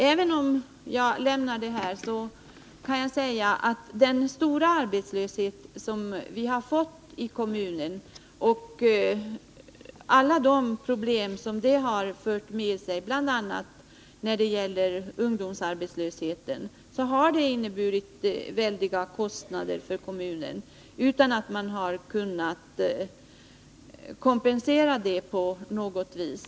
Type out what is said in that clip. Även om jag lämnar denna fråga, kan jag säga att den stora arbetslöshet vi har fått i kommunen och alla de problem den har fört med sig, bl.a. när det gäller ungdomarna, har inneburit väldiga kostnader för kommunen, som man inte har fått kompensation för på något vis.